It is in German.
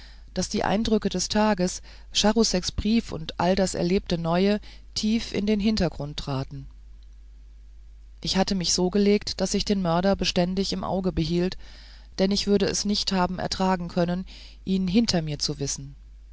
daß die eindrücke des tages charouseks brief und all das erlebte neue tief in den hintergrund traten ich hatte mich so gelegt daß ich den mörder beständig im auge behielt denn ich würde es nicht haben ertragen können ihn hinter mir zu wissen